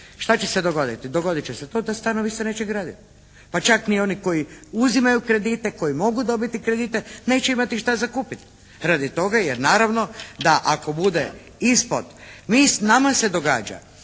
Šta će se dogoditi? Dogodit će se to da stanovi se neće graditi. Pa čak ni oni koji uzimaju kredite, koji mogu dobiti kredite neće imati šta za kupiti radi toga jer naravno da ako bude ispod. Nama se događa